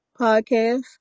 Podcast